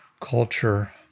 culture